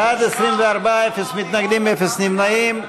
בעד, 24, אין מתנגדים, אין נמנעים.